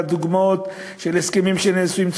והדוגמאות של הסכמים שנעשו עם צפון-קוריאה,